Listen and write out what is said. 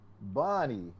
Bonnie